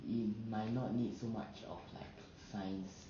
it might not need so much of like science